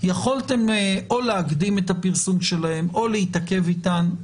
יכולתם או להקדים את הפרסום שלהם או להתעכב איתן.